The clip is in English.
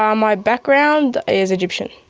um my background is egyptian.